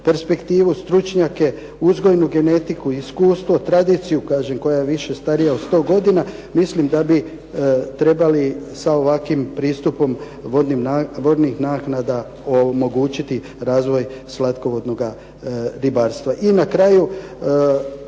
perspektivu, stručnjake, uzgojnu genetiku, iskustvo, tradiciju kažem koja je više starija od sto godina mislim da bi trebali sa ovakvim pristupom vodnih naknada omogućiti razvoj slatkovodnoga ribarstva. I na kraju,